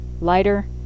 lighter